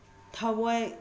ꯊꯋꯥꯏ